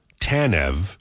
Tanev